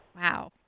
Wow